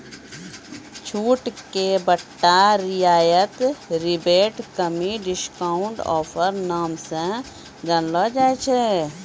छूट के बट्टा रियायत रिबेट कमी डिस्काउंट ऑफर नाम से जानलो जाय छै